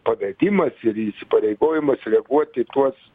pavedimas ir įsipareigojimas reaguot į tuos